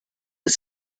its